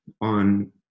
on